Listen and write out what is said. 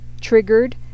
triggered